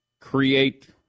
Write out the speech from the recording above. create